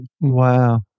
Wow